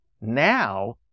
now